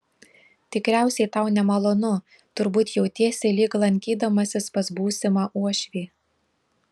tikriausiai tau nemalonu turbūt jautiesi lyg lankydamasis pas būsimą uošvį